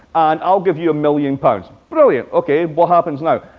and i'll give you a million pounds. brilliant. ok, what happens now?